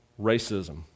Racism